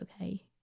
okay